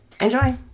Enjoy